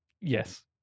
Yes